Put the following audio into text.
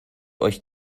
euch